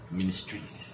ministries